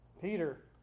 Peter